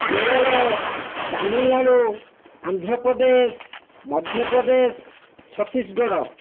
Kerala Tamil Nadu Andhra Pradesh Madhya Pradesh Chhattisgarh